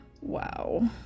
Wow